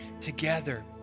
together